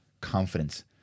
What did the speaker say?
confidence